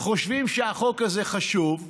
חושבים שהחוק זה חשוב,